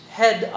head